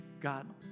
God